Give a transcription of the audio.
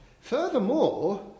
Furthermore